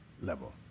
level